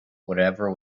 whatever